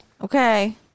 okay